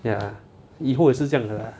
ya 以后也是这样的 lah